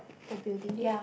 the building